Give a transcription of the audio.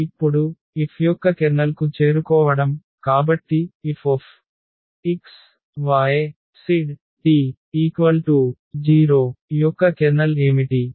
ఇప్పుడు F యొక్క kernel కు చేరుకోవడం కాబట్టి Fx y z t 0 యొక్క కెర్నల్ ఏమిటి